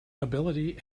ability